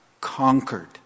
conquered